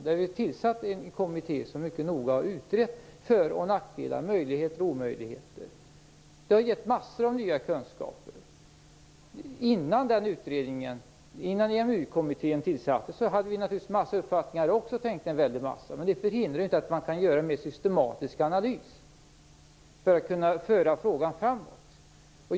Där har vi tillsatt en kommitté som mycket noga har utrett för och nackdelar, möjligheter och omöjligheter. Det har gett massor av nya kunskaper. Innan EMU-kommittén tillsattes hade vi naturligtvis också en massa uppfattningar och tänkte en väldig massa. Men det förhindrar ju inte att man kan göra en mer systematisk analys för att kunna föra frågan framåt.